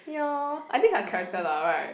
ya I think her character lah right